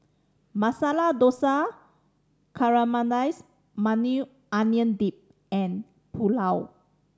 Masala Dosa Caramelize Maui Onion Dip and Pulao